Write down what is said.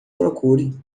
procure